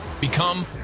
Become